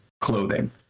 clothing